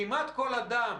כשמסתכלים